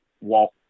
walk